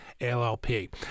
LLP